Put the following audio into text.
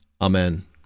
Amen